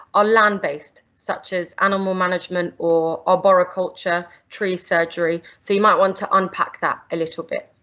are land-based, such as animal management, or arboriculture, tree surgery, so you might want to unpack that a little bit.